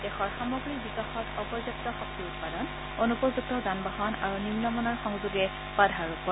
দেশৰ সামগ্ৰিক বিকাশত অপৰ্যাপ্ত শক্তি উৎপাদন অনুপযুক্ত যানবাহন আৰু নিম্নমানৰ সংযোগে বাধা আৰোপ কৰে